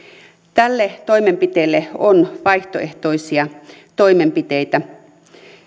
tälle toimenpiteelle on vaihtoehtoisia toimenpiteitä